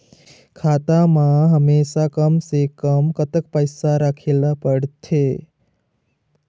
खाता मा हमेशा कम से कम कतक पैसा राखेला पड़ही थे?